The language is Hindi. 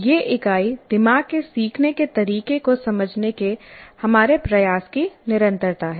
यह इकाई दिमाग के सीखने के तरीके को समझने के हमारे प्रयास की निरंतरता है